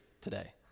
today